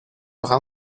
rhin